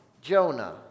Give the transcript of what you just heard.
Jonah